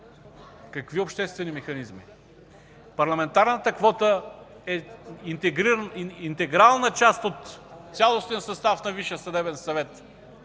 Какви обществени механизми? Парламентарната квота е интегрална част от цялостен състав на Висшия съдебен съвет.